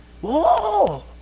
Whoa